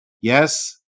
Yes